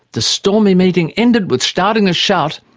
the stormy meeting ended with staudinger's shout,